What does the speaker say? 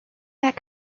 that